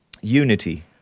unity